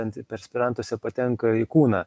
antiperspirantuose patenka į kūną